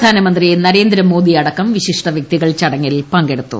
പ്രധാനമന്ത്രി നരേന്ദ്ര മോദി അടക്കം വിശിഷ്ഠ വ്യക്തികൾ ചടങ്ങിൽ സംബന്ധിച്ചു